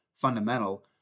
fundamental